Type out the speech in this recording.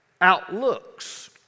outlooks